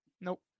Nope